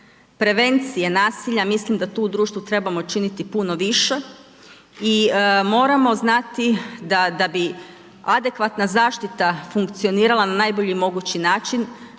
prevencije nasilja, mislim da tu u društvu trebamo činiti puno više i moramo znati da bi adekvatna zaštita funkcionirala na najbolji mogući način